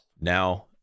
Now